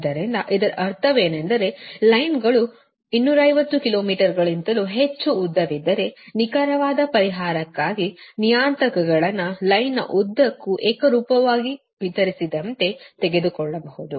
ಆದ್ದರಿಂದ ಇದರ ಅರ್ಥವೇನೆಂದರೆ ಲೈನ್ಗಳು 250 ಕಿಲೋಮೀಟರ್ಗಿಂತಲೂ ಹೆಚ್ಚು ಉದ್ದವಿದ್ದರೆ ನಿಖರವಾದ ಪರಿಹಾರಕ್ಕಾಗಿ ನಿಯತಾಂಕಗಳನ್ನು ಲೈನ್ ಉದ್ದಕ್ಕೂ ಏಕರೂಪವಾಗಿ ವಿತರಿಸಿದಂತೆ ತೆಗೆದುಕೊಳ್ಳಬಹುದು